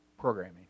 programming